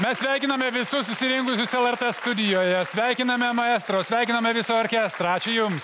mes sveikiname visus susirinkusius lrt studijoje sveikiname maestro sveikiname visą orkestrą ačiū jums